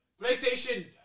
PlayStation